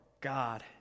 God